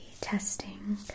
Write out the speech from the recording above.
testing